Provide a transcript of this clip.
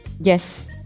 Yes